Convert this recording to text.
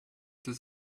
does